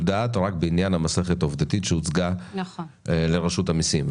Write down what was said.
דעת רק בעניין המסכת העובדתית שהוצגה לרשות המיסים.